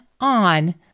on